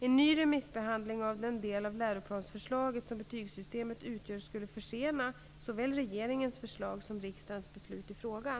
En ny remissbehandling av den del av läroplansförslaget som betygssystemet utgör skulle försena såväl regeringens förslag som riksdagens beslut i frågan.